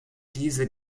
diese